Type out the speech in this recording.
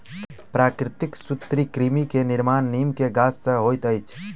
प्राकृतिक सूत्रकृमि के निर्माण नीम के गाछ से होइत अछि